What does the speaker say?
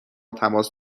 تماس